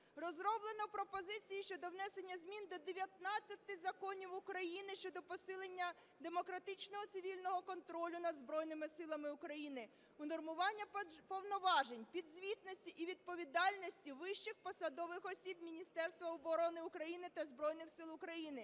Розроблено пропозиції щодо внесення змін до 19 законів України щодо посилення демократичного цивільного контролю над Збройними Силами України, унормування повноважень, підзвітності і відповідальності вищих посадових осіб Міністерства оборони України та Збройних Сил України,